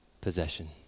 possession